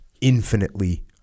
infinitely